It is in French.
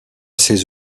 ces